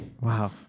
wow